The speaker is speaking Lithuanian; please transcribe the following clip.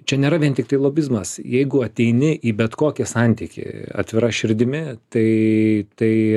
čia nėra vien tiktai lobizmas jeigu ateini į bet kokį santykį atvira širdimi tai tai